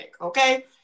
okay